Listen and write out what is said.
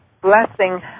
blessing